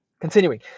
Continuing